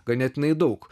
ganėtinai daug